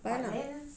buy lah